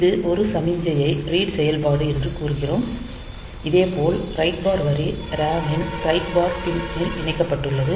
இந்த ஒரு சமிக்ஞையை ரீட் செயல்பாடு என்று கூறுகிறோம் இதேபோல் ரைட் பார் வரி RAM ன் ரைட் பார் பின் ல் இணைக்கப்பட்டுள்ளது